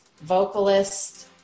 vocalist